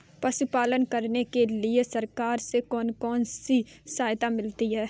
पशु पालन करने के लिए सरकार से कौन कौन सी सहायता मिलती है